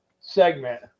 segment